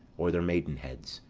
or their maidenheads.